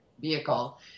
vehicle